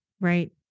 right